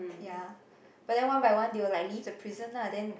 ya but then one by one they will like leave the pleasant lah then